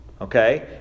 okay